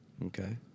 Okay